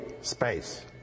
space